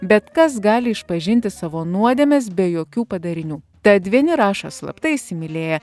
bet kas gali išpažinti savo nuodėmes be jokių padarinių tad vieni rašo slapta įsimylėję